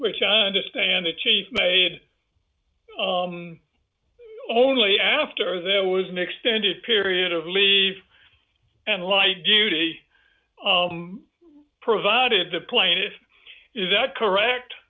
which i understand the chief made only after there was an extended period of leave and light duty provided the plaintiffs is that correct